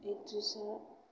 एक्ट्रेसआ